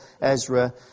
Ezra